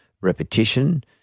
repetition